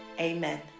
Amen